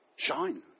Shine